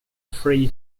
free